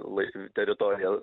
lai teritoriją